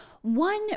One